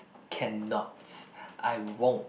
cannot I won't